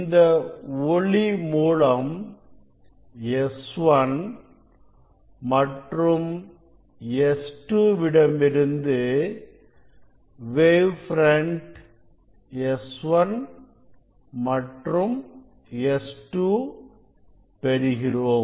இந்த ஒளி மூலம் S1 மற்றும் S2 விடமிருந்து வேவ் பிரண்ட் S1 மற்றும் S2 பெறுகிறோம்